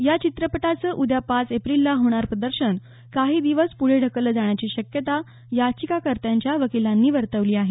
या चित्रपटाचं उद्या पाच एप्रिलला होणारं प्रदर्शन काही दिवस पुढे ढकललं जाण्याची शक्यता याचिकाकर्त्यांच्या वकिलांनी वर्तवली आहे